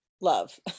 love